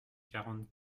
quarante